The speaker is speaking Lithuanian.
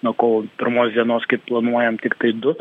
nuo kovo pirmos dienos kaip planuojam tiktai du